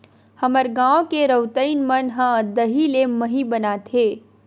हमर गांव के रउतइन मन ह दही ले मही बनाथे